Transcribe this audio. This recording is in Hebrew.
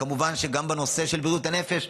כמובן שגם בנושא של בריאות הנפש,